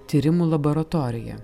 tyrimų laboratorija